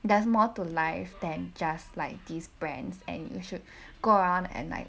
there's more to life than just like these brands and you should go around and like